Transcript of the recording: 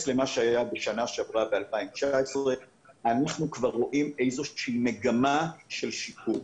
למה שהיה בשנה שעברה ב-2019 אנחנו כבר רואים איזושהי מגמה של שיפור.